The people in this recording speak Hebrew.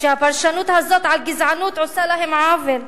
שהפרשנות הזאת של גזענות עושה להם עוול.